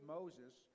Moses